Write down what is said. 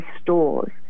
stores